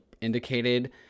indicated